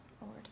Lord